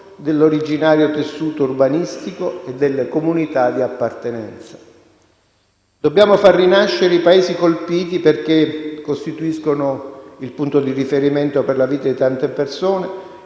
dell'originario tessuto urbanistico e delle comunità di appartenenza. Dobbiamo far rinascere i paesi colpiti perché costituiscono il punto di riferimento per la vita di tante persone,